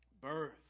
Birth